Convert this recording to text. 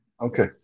Okay